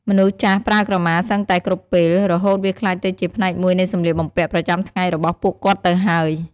មនុស្សចាស់ប្រើក្រមាសឹងតែគ្រប់ពេល រហូតវាក្លាយទៅជាផ្នែកមួយនៃសម្លៀកបំពាក់ប្រចាំថ្ងៃរបស់ពួកគាត់ទៅហើយ។